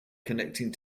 connecting